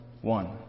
one